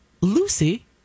Lucy